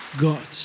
God